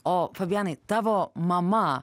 o fabianai tavo mama